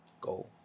go